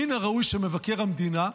מן הראוי שמבקר המדינה,